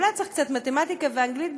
אולי צריך קצת מתמטיקה ואנגלית בשבילו,